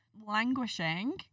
Languishing